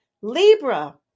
Libra